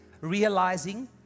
realizing